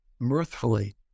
mirthfully